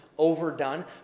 Overdone